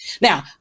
Now